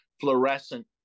fluorescent